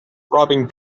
robbing